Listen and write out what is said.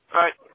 right